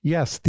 Yes